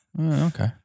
Okay